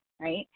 right